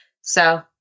So-